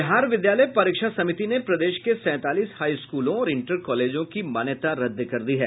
बिहार विद्यालय परीक्षा समिति ने प्रदेश के सैंतालीस हाईस्कूलों और इंटर कॉलेजों की मान्यता रद्द कर दी है